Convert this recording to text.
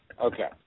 Okay